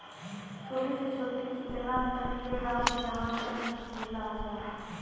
छोटी से छोटी कितना तक के राशि जमा कर सकीलाजा?